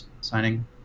signing